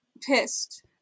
Pissed